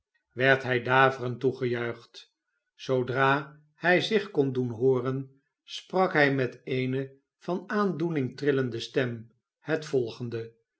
werd hij daverend toegejuicht zoodra hij zich kon doen hooren sprak hij met eene van aandoening trillende stem het volgende